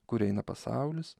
kur eina pasaulis